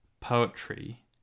poetry